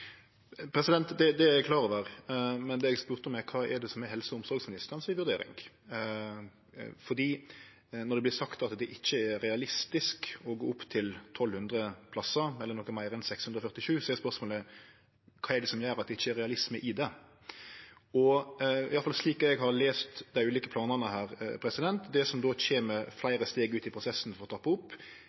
Det er eg klar over. Det eg spurde om, er kva vurderinga til helse- og omsorgsministeren er. Når det blir sagt at det ikkje er realistisk å gå opp til 1 200 plassar, eller noko meir enn 647, er spørsmålet: Kva gjer at det ikkje er realisme i det? I alle fall slik eg har lese dei ulike planane her, er det som kjem, fleire steg ut i prosessen for å trappe opp,